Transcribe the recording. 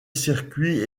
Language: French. circuits